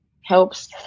helps